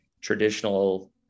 traditional